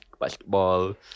Basketball